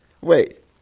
Wait